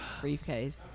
briefcase